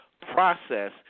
process